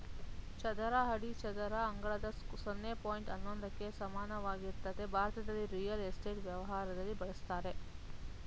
ಚದರ ಅಡಿ ಚದರ ಅಂಗಳದ ಸೊನ್ನೆ ಪಾಯಿಂಟ್ ಹನ್ನೊಂದಕ್ಕೆ ಸಮಾನವಾಗಿರ್ತದೆ ಭಾರತದಲ್ಲಿ ರಿಯಲ್ ಎಸ್ಟೇಟ್ ವ್ಯವಹಾರದಲ್ಲಿ ಬಳುಸ್ತರೆ